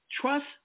trust